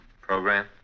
Program